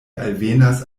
alvenas